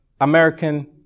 American